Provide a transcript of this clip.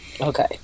Okay